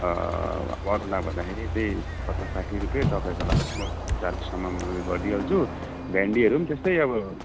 अरूलाई भन्दाखेरि त्यही पचास साठी रुपियाँ तपाईँको लागि चालिससम्म उयो गरिदिहाल्छु भेन्डीहरू त्यस्तै अब